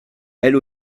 elle